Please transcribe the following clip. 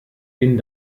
den